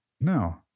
No